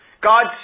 God